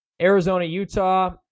Arizona-Utah